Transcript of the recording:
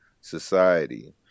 society